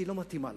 שלא מתאימה לנו.